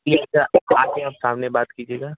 आकर आप सामने बात कीजिएगा